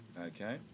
Okay